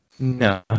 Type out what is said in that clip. No